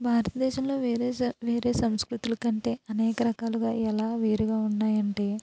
భారతదేశంలో వేరే స వేరే సంస్కృతులు కంటే అనేక రకాలుగా ఎలా వేరుగా ఉన్నాయంటే